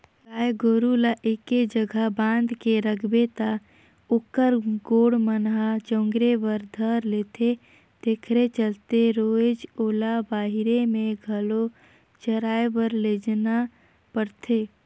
गाय गोरु ल एके जघा बांध के रखबे त ओखर गोड़ मन ह चगुरे बर धर लेथे तेखरे चलते रोयज ओला बहिरे में घलो चराए बर लेजना परथे